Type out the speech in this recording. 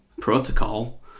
protocol